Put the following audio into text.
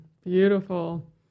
beautiful